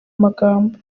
magambo